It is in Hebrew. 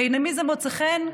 / בעיני מי זה מוצא חן?